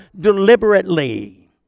deliberately